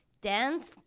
Dance